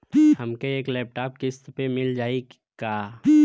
हमके एक लैपटॉप किस्त मे मिल जाई का?